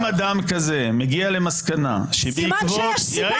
אם אדם כזה מגיע למסקנה שבעקבות --- סימן שיש סיבה.